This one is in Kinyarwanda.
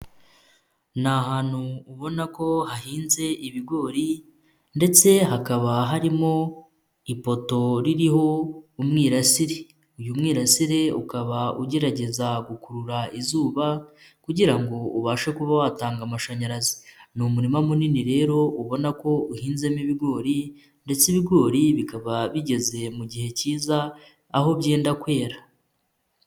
Ni ahantu ubona ko hahinze ibigori ndetse hakaba harimo ipoto ririho umwirasire. Uyu mwirasire ukaba ugerageza gukurura izuba, kugira ngo ubashe kuba watanga amashanyarazi. Ni umurima munini rero ubona ko uhinzemo ibigori, ndetse ibigori bikaba bigeze mu gihe kiza aho byenda kwera.